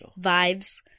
Vibes